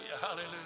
hallelujah